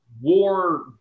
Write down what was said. war